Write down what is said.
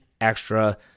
extra